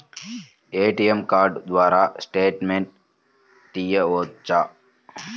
ATM card ద్వారా statement తీయవచ్చా?